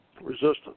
resistance